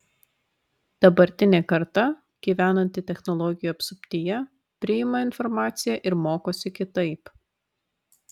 dabartinė karta gyvenanti technologijų apsuptyje priima informaciją ir mokosi kitaip